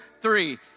three